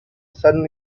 sudden